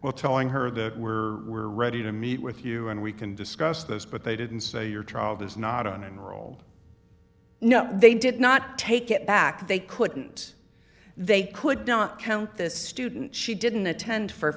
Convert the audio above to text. while telling her that were ready to meet with you and we can discuss this but they didn't say your child is not an enrolled no they did not take it back they couldn't they could not count this student she didn't attend for